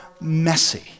messy